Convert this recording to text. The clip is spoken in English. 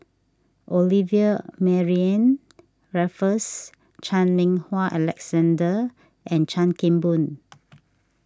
Olivia Mariamne Raffles Chan Meng Wah Alexander and Chan Kim Boon